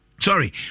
Sorry